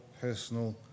personal